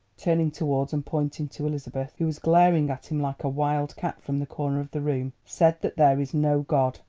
turning towards and pointing to elizabeth, who was glaring at him like a wild cat from the corner of the room, said that there is no god.